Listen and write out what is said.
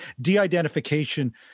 de-identification